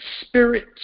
spirit